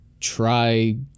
try